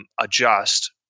adjust